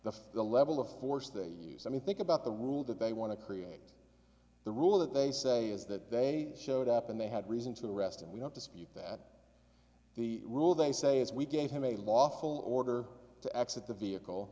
the the level of force they use i mean think about the rule that they want to create the rule that they say is that they showed up and they had reason to the rest and we don't dispute that the rule they say is we gave him a lawful order to exit the vehicle